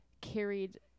carried